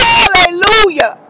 Hallelujah